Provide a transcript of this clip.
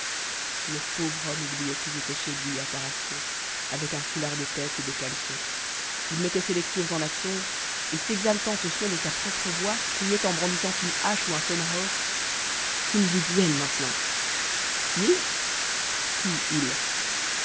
le pauvre homme oubliait qu'il était chez lui à tarascon avec un foulard de tête et des caleçons il mettait ses lectures en actions et s'exaltant au son de sa propre voix criait en brandissant une hache ou un tomahawk qu'ils y viennent maintenant ils qui ils